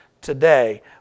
today